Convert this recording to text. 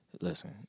Listen